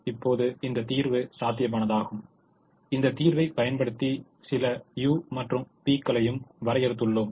இப்போது இந்த தீர்வு சாத்தியமானதாகும் இந்த தீர்வைப் பயன்படுத்தி சில u மற்றும் v களையும் வரையறுத்துள்ளோம்